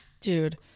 Dude